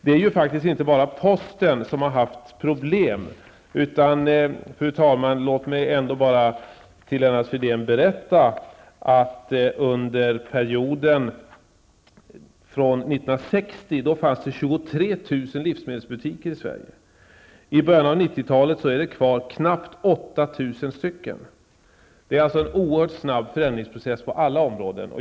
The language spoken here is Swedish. Det är faktiskt inte bara posten som har haft problem. Låt mig, fru talman, för Lennart Fridén berätta att det 1960 fanns 23 000 livsmedelsbutiker i Sverige. I början av 1990-talet är det kvar knappt 8 000. Det försiggår alltså en oerhörd snabb förändringsprocess på alla områden.